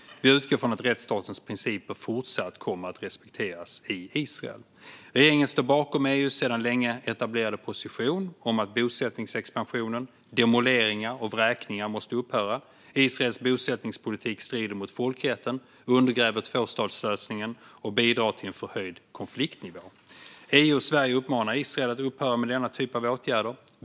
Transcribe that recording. Vi utgår från att rättsstatens principer fortsatt kommer att respekteras i Israel. Regeringen står bakom EU:s sedan länge etablerade position om att bosättningsexpansionen, demoleringar och vräkningar måste upphöra. Israels bosättningspolitik strider mot folkrätten, undergräver tvåstatslösningen och bidrar till en förhöjd konfliktnivå. EU och Sverige uppmanar Israel att upphöra med denna typ av åtgärder.